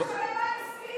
מה זה שווה מה ניסית.